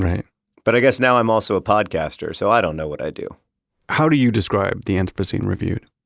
but i guess now i'm also a podcaster so i don't know what i do how do you describe the anthropocene reviewed?